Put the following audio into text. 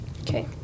okay